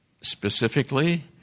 specifically